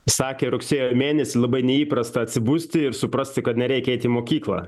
sakė rugsėjo mėnesį labai neįprasta atsibusti ir suprasti kad nereikia eiti į mokyklą